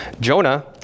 Jonah